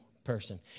person